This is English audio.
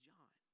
John